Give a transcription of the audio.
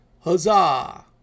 Huzzah